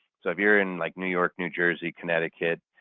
so if you're in like, new york, new jersey, connecticut,